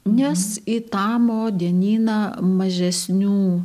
nes į tamo dienyną mažesnių